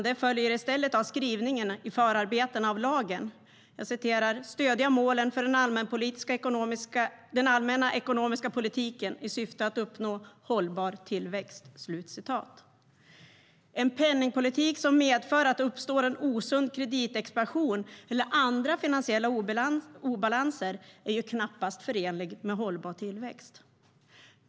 Det följer i stället av skrivningen i förarbetena till lagen: "stödja målen för den allmänna ekonomiska politiken i syfte att uppnå hållbar tillväxt". En penningpolitik som medför att en osund kreditexpansion eller andra finansiella obalanser uppstår är knappast förenlig med hållbar tillväxt.